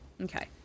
Okay